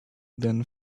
then